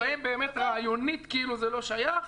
שבהם באמת רעיונית כאילו זה לא שייך,